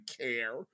care